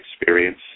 experience